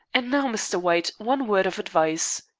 and now, mr. white, one word of advice.